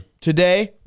today